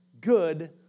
good